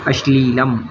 अश्लीलम्